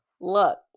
look